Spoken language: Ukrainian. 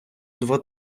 два